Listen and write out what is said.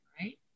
right